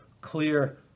clear